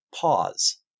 Pause